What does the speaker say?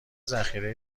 ذخیره